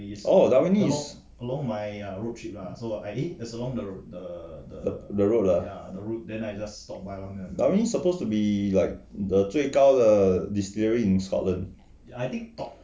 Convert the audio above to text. oh Dalwhinnie is the the road lah Dalwhinnie supposed to be like the 最高的 the distillery in scotland